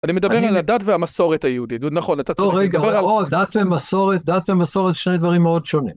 אני מדבר על הדת והמסורת היהודית, נכון, אתה צריך לדבר על... דת ומסורת, דת ומסורת, שני דברים מאוד שונים.